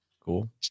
Cool